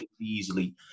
easily